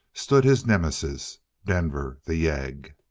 stood his nemesis denver the yegg!